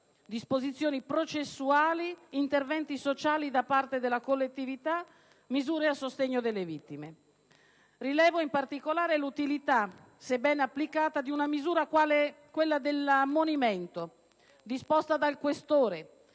disposizioni processuali, interventi sociali da parte della collettività, misure a sostegno delle vittime. Rilevo in particolare l'utilità, se ben applicata, di una misura quale quella dell'ammonimento, disposta dal questore